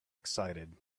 excited